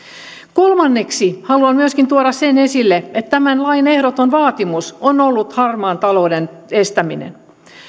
kolmanneksi haluan tuoda esille myöskin sen että tämän lain ehdoton vaatimus on ollut harmaan talouden estäminen